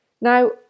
Now